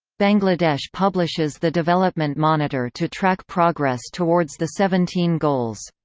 bangladesh publishes the development monitor to track progress towards the seventeen goals.